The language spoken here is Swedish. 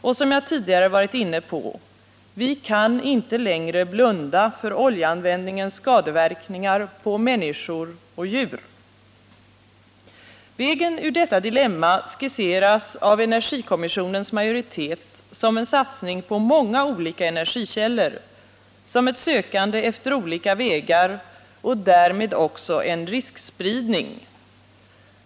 Och som jag tidigare varit inne på — vi kan inte längre blunda för oljeanvändningens skadeverkningar på människor och djur. Vägen ur detta dilemma skisseras av energikommissionens majoritet som en satsning på många olika energikällor, som ett sökande efter olika vägar och därmed också en riskspridning.